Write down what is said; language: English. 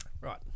Right